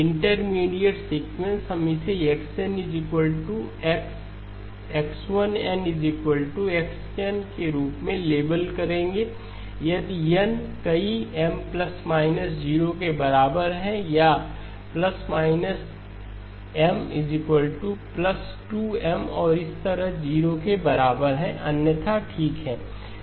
intermediate sequence हम इसे X1 n x n के रूप में लेबल करेंगे यदि n कई M 0 के बराबर है या M 2m और इसी तरह 0 के बराबर है अन्यथा ठीक है